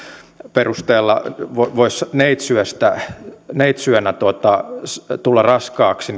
perusteella voi neitsyenä neitsyenä tulla raskaaksi